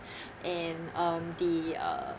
and um the uh